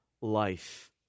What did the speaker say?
life